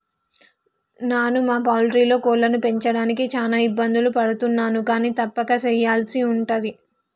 నాను మా పౌల్ట్రీలో కోళ్లను పెంచడానికి చాన ఇబ్బందులు పడుతున్నాను కానీ తప్పక సెయ్యల్సి ఉంటది